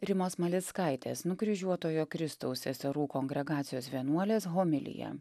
rimos malickaitės nukryžiuotojo kristaus seserų kongregacijos vienuolės homiliją